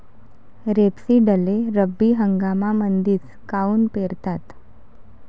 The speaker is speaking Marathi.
रेपसीडले रब्बी हंगामामंदीच काऊन पेरतात?